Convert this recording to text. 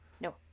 No